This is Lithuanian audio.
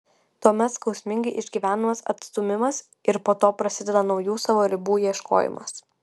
tuomet skausmingai išgyvenamas atstūmimas ir po to prasideda naujų savo ribų ieškojimas